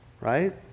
Right